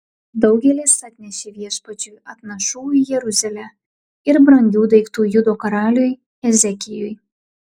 daugelis atnešė viešpačiui atnašų į jeruzalę ir brangių daiktų judo karaliui ezekijui